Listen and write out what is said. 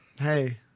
Hey